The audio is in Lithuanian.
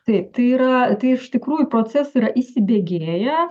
taip tai yra iš tikrųjų procesai yra įsibėgėję